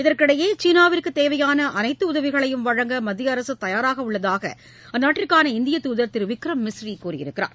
இதற்கிடையே சீனாவிற்கு தேவையாள அனைத்து உதவிகளையும் வழங்க மத்திய அரசு தயாராக உள்ளதாக அந்நாட்டிற்கான இந்திய தூதர் திரு விக்ரம் மிஸ்ரி கூறியுள்ளார்